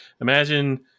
imagine